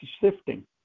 sifting